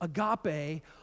Agape